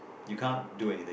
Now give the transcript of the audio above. you can't do anything